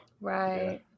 right